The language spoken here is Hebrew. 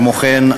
כמו כן,